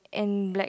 and black